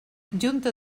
junta